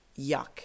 yuck